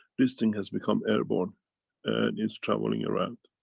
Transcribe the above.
this thing has become airborne and it's traveling around